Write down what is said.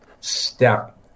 step